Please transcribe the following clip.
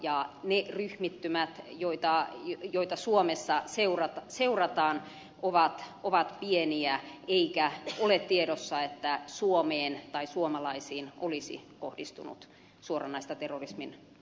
ja ne ryhmittymät joita suomessa seurataan ovat pieniä eikä ole tiedossa että suomeen tai suomalaisiin olisi kohdistunut suoranaista terrorismin uhkaa